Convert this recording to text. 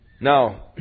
Now